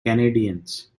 canadiens